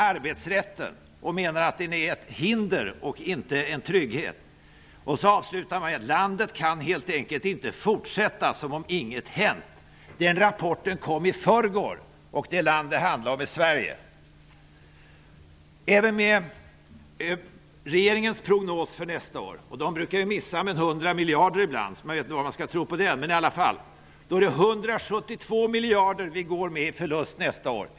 Arbetsrätten är ett hinder och inte en trygghet. OECD avslutar rapporten med att säga att landet helt enkelt inte kan fortsätta som om inget hänt. Rapporten kom i förrgår, och det land som det handlar om är Sverige. Även med regeringens prognos -- man brukar ju missa med 100 miljarder ibland, så jag vet inte om vi skall tro på den -- går Sverige med 172 miljarder i förlust nästa år.